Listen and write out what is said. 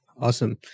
Awesome